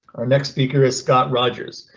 our next speaker is scott rogers.